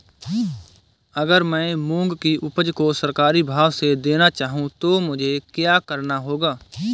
अगर मैं मूंग की उपज को सरकारी भाव से देना चाहूँ तो मुझे क्या करना होगा?